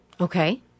Okay